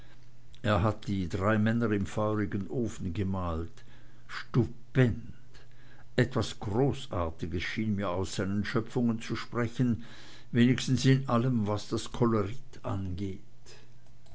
er hat die drei männer im feurigen ofen gemalt stupend etwas großartiges schien mir aus seinen schöpfungen zu sprechen wenigstens in allem was das kolorit angeht